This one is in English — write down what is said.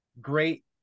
great